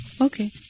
Okay